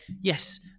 yes